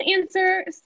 answer